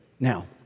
Now